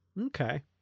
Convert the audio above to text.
Okay